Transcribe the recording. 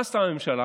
מה עשתה הממשלה?